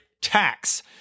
tax